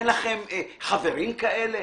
אין לכם חברים כאלה